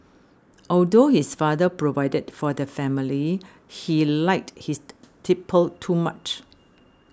although his father provided for the family he liked his tipple too much